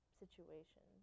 situation